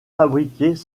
fabriquées